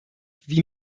wie